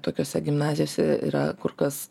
tokiose gimnazijose yra kur kas